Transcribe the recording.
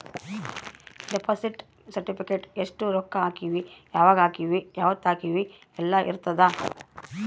deposit certificate ಎಸ್ಟ ರೊಕ್ಕ ಹಾಕೀವಿ ಯಾವಾಗ ಹಾಕೀವಿ ಯಾವತ್ತ ಹಾಕೀವಿ ಯೆಲ್ಲ ಇರತದ